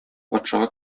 патшага